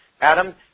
Adam